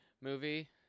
movie